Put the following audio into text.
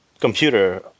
computer